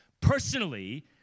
Personally